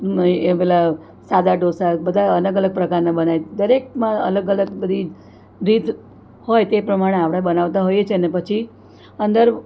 નહિ એ પેલા સાદા ઢોંસા બધા અલગ અલગ પ્રકારના બનાવી દરેકમાં અલગ અલગ રીત રીત હોય તે પ્રમાણે આપણે બનાવતા હોઈએ છીએ અને પછી અંદર